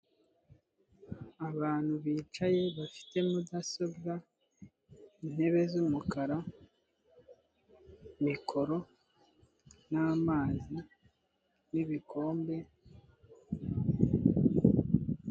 Abantu bicaye bafite mudasobwa, intebe z'umukara, mikoro n'amazi n'ibikombe...